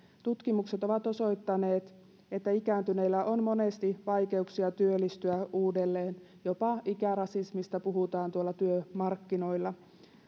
tutkimukset ovat osoittaneet että ikääntyneillä on monesti vaikeuksia työllistyä uudelleen jopa ikärasismista puhutaan tuolla työmarkkinoilla